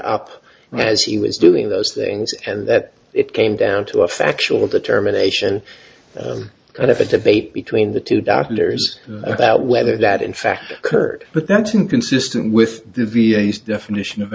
up as he was doing those things and that it came down to a factual determination of a debate between the two doctors about whether that in fact curt but that's inconsistent with the v a s definition of